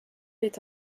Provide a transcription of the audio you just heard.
est